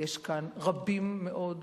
יש כאן רבים מאוד,